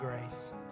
grace